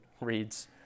reads